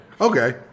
Okay